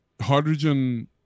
hydrogen